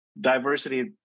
diversity